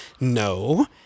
No